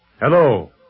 Hello